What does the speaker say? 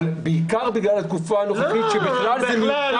אבל בעיקר בגלל התקופה הנוכחית ש --- ה-200,000